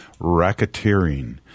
racketeering